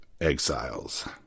Exiles